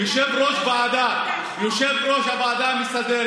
יושב-ראש הוועדה, אנחנו לא יכולים לבטל